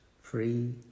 free